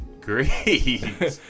great